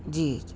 جی